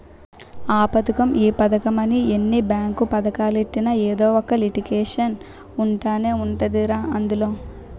ఆ పదకం ఈ పదకమని ఎన్ని బేంకు పదకాలెట్టినా ఎదో ఒక లిటికేషన్ ఉంటనే ఉంటదిరా అందులో